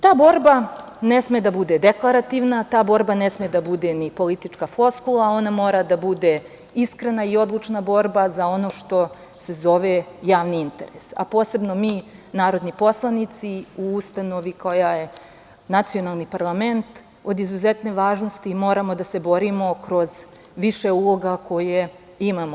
Ta borba ne sme da bude deklarativna, ta borba ne sme da bude ni politička floskula, ona mora da bude iskrena i odlučna borba za ono što se zove javni interes, a posebno mi, narodni poslanici, u ustanovi koja je nacionalni parlament, od izuzetne važnosti, moramo da se borimo kroz više uloga koje imamo.